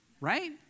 right